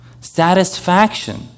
Satisfaction